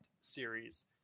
series